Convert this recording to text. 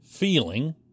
feeling